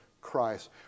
Christ